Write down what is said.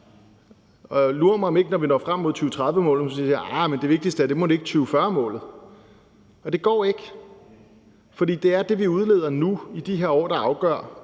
mig, om man ikke, når vi når frem mod 2030-målet, så siger: Ahr, mon ikke det vigtigste er 2040-målet? Og det går ikke, for det er det, vi udleder nu i de her år, der afgør,